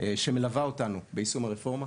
שמלווה אותנו ביישום הרפורמה.